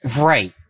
Right